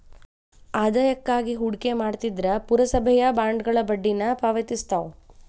ಆದಾಯಕ್ಕಾಗಿ ಹೂಡಿಕೆ ಮಾಡ್ತಿದ್ರ ಪುರಸಭೆಯ ಬಾಂಡ್ಗಳ ಬಡ್ಡಿನ ಪಾವತಿಸ್ತವ